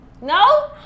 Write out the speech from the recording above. No